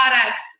products